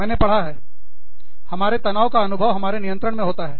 मैंने पढ़ा है हमारे तनाव का अनुभव हमारे नियंत्रण में होता है